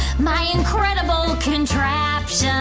my incredible contraption.